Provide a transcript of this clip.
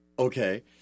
Okay